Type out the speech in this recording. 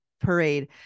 parade